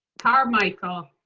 carmichael.